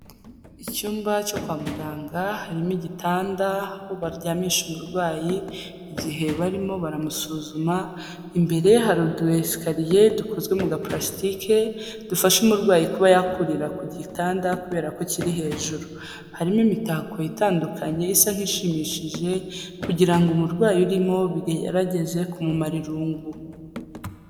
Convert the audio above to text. Icyumba cyo kwa muganga harimo igitanda aho baryamisha umurwayi igihe barimo baramusuzuma, imbere hari utu esikariye dukozwe mu gaparasitike, dufasha umurwayi kuba yakurira ku gitanda kubera ko kiri hejuru, harimo imitako itandukanye isa nk'ishimishije kugira umurwayi urimo bigerageze kumumara irungu.